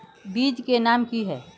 बीज के नाम की है?